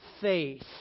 faith